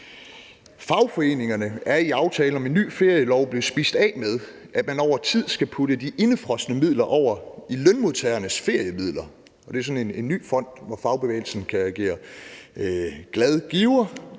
Fagforeningerne er i aftalen om en ny ferielov blevet spist af med, at man over tid skal putte de indefrosne midler over i Lønmodtagernes Feriemidler. Det er sådan en ny fond, hvor fagbevægelsen kan agere glad giver.